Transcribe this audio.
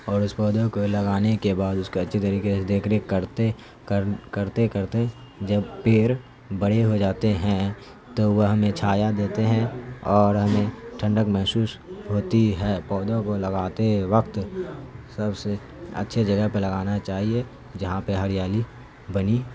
اور اس پودے کو لگانے کے بعد اس کا اچھی طریقے سے دیکھ ریکھ کرتے کر کرتے کرتے جب پیڑ بڑے ہو جاتے ہیں تو وہ ہمیں چھایا دیتے ہیں اور ہمیں ٹھنڈک محسوس ہوتی ہے پودھوں کو لگاتے وقت سب سے اچھی جگہ پہ لگانا چاہیے جہاں پہ ہریالی بنی